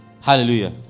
Hallelujah